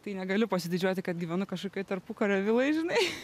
tai negaliu pasididžiuoti kad gyvenu kažkokioj tarpukario viloj žinai